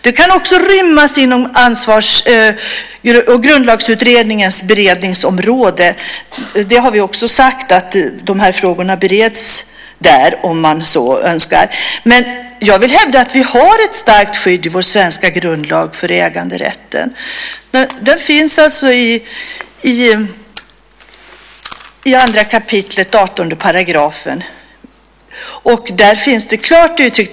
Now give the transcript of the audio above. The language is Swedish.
Den kan också rymmas inom Grundlagsutredningens beredningsområde. Vi har också sagt att frågorna bereds där, om man så önskar. Men jag vill hävda att vi har ett starkt skydd i vår svenska grundlag för äganderätten. Den finns i 2 kap. 18 §. Där finns det klart uttryckt.